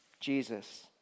Jesus